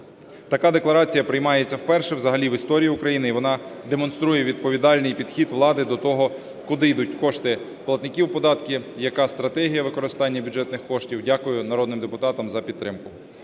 Така декларація приймається вперше взагалі в історії України, і вона демонструє відповідальний підхід влади до того, куди йдуть кошти платників податків, яка стратегія використання бюджетних коштів. Дякую народним депутатам за підтримку.